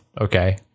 Okay